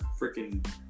freaking